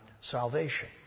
salvation